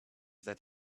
that